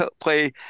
play